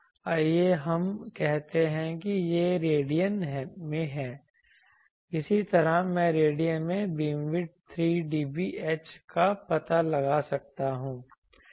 आइए हम कहते हैं कि यह रेडियन में है इसी तरह मैं रेडियन में बीमविड्थ 3dBH का पता लगा सकता हूं